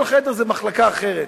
כל חדר זו מחלקה אחרת,